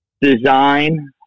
design